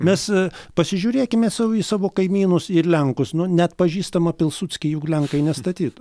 mes pasižiūrėkime sau į savo kaimynus į lenkus nu neatpažįstamą pilsudskį juk lenkai nestatytų